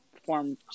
form